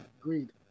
Agreed